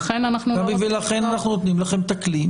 גבי, ולכן אנחנו נותנים לכם את הכלי.